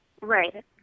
Right